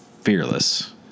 fearless